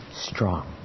strong